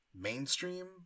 mainstream